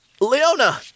Leona